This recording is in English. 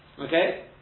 Okay